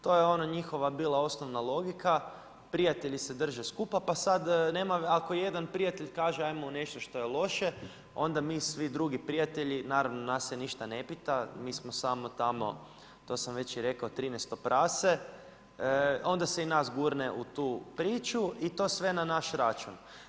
To je ona njihova bila osnovna logika, prijatelji se drže skupa, sad ako jedan prijatelj kaže ajmo u nešto što je loše, onda mi svi drugi prijatelji naravno nas se ništa ne pita, mi smo samo tamo, to sam već i rekao 13 prase, onda se i nas gurne u tu priču i to sve na naš račun.